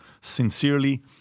Sincerely